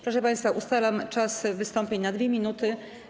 Proszę państwa, ustalam czas wystąpień na 2 minuty.